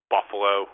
Buffalo